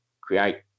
create